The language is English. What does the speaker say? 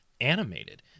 animated